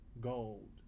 Gold